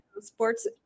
sports